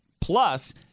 Plus